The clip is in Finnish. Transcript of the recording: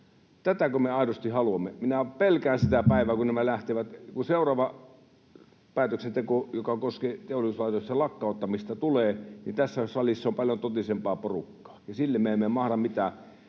Tätäkö me aidosti haluamme? Minä pelkään sitä päivää, kun nämä lähtevät. Kun seuraava päätöksenteko, joka koskee teollisuuslaitosten lakkauttamista, tulee, niin tässä salissa on paljon totisempaa porukkaa, ja sille me emme mahda mitään.